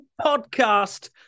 podcast